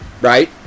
right